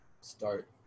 start